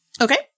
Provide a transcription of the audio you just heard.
Okay